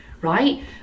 right